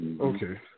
okay